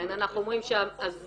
לכן אנחנו אומרים שהזמן,